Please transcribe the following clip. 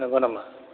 नंगौ नामा